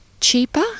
cheaper